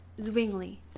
Zwingli